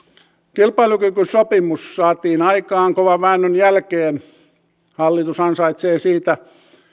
kilpailukykysopimus saatiin aikaan kovan väännön jälkeen hallitus ansaitsee siitä